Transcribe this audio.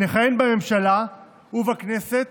נכהן בממשלה ובכנסת